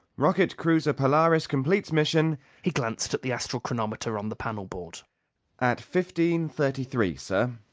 rocket cruiser polaris completes mission he glanced at the astral chronometer on the panel board at fifteen thirty-three, sir.